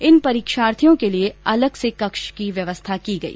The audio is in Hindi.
इन परीक्षार्थियों के लिए अलग से कक्ष की व्यवस्था की गई